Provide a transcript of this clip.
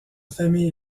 famille